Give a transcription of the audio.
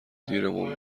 دیرمون